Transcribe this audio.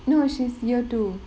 no she's year two